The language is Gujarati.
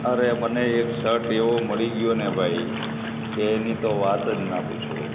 અરે મને એક શર્ટ એવો મળી ગયો ને ભાઇ કે એની તો વાત જ ના પૂછો